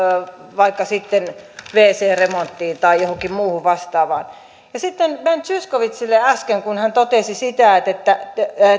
vaikka sitten wc remonttiin tai johonkin muuhun vastaavaan sitten ben zyskowiczille äsken kun hän totesi että että